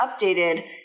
updated